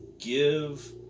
give